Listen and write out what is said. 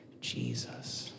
jesus